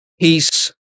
Peace